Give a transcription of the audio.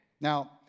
Now